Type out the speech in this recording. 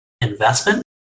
investment